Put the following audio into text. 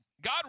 God